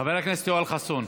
חבר הכנסת יואל חסון,